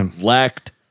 lacked